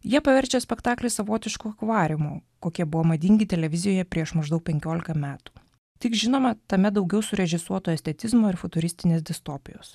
jie paverčia spektaklį savotišku akvariumu kokie buvo madingi televizijoje prieš maždaug penkiolika metų tik žinoma tame daugiau surežisuoto estetizmo ir futuristinės distopijos